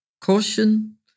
caution